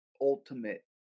ultimate